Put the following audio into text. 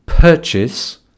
Purchase